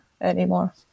anymore